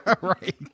right